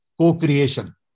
co-creation